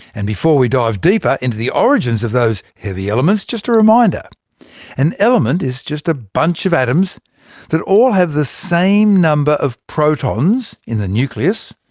and before we dive deeper into the origins of these heavy elements, just a reminder an element is just a bunch of atoms that all have the same number of protons in the nucleus.